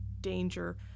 danger